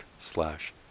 slash